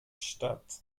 statt